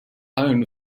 own